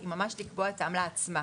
היא ממש לקבוע את העמלה עצמה.